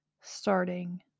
starting